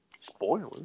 Spoilers